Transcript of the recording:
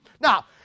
Now